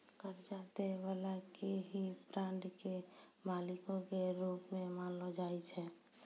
कर्जा दै बाला के ही बांड के मालिको के रूप मे जानलो जाय छै